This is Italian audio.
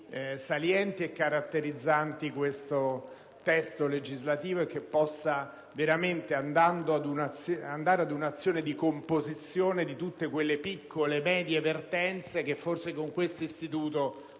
salienti e caratterizzanti il testo legislativo in esame e che possa veramente andare verso un'azione di composizione di tutte quelle piccole e medie vertenze che forse con tale istituto